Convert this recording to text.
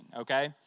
okay